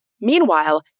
Meanwhile